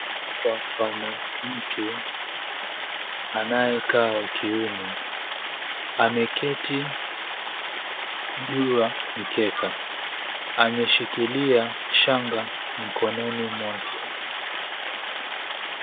Hapa pana mtu anayekaa wa kiume ameketi juu ya mkeka, ameshikilia shanga mkononi mwake.